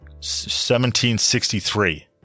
1763